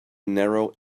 narrow